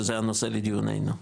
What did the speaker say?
שזה הנושא לדיוננו.